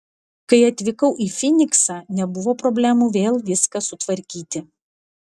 kai atvykau į fyniksą nebuvo problemų vėl viską sutvarkyti